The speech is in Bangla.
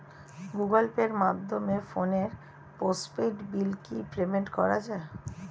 গুগোল পের মাধ্যমে ফোনের পোষ্টপেইড বিল কি পেমেন্ট করা যায়?